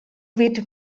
wird